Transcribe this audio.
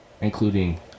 including